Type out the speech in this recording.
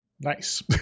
Nice